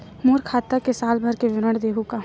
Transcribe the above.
मोर खाता के साल भर के विवरण देहू का?